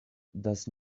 does